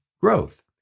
growth